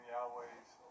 Yahweh's